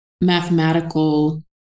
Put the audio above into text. mathematical